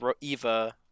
Eva